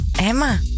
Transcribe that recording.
Emma